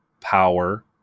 power